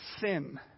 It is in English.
sin